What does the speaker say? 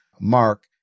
Mark